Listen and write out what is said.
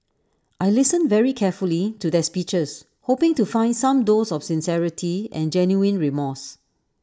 I listened very carefully to their speeches hoping to find some dose of sincerity and genuine remorse